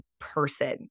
person